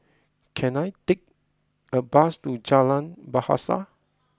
can I take a bus to Jalan Bahasa